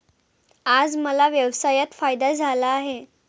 आज मला व्यवसायात फायदा झाला आहे